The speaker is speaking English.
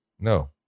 No